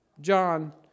John